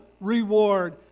reward